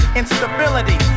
instability